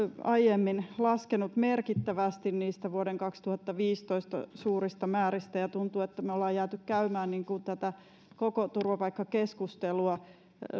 aiemmin laskenut merkittävästi niistä vuoden kaksituhattaviisitoista suurista määristä ja tuntuu että olemme jääneet käymään tätä koko turvapaikkakeskustelua